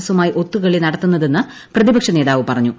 എസുമായി ഒത്തുകളി നടത്തുന്നതെന്ന് പ്രതിപക്ഷ നേതാവ് പറഞ്ഞു